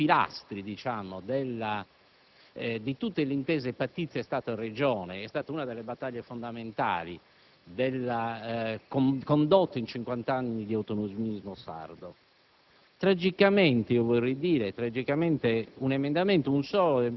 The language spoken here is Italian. Questo è stato un tema che ha caratterizzato da sempre ed è stato uno dei pilastri di tutte le intese pattizie Stato-Regione. È stata una delle battaglie fondamentali condotte in cinquant'anni di autonomismo sardo.